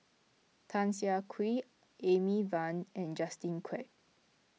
Tan Siah Kwee Amy Van and Justin Quek